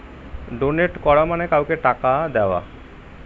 donate করা মানে কাউকে টাকা দেওয়া